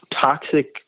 toxic